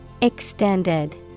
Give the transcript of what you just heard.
Extended